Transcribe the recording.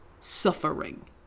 suffering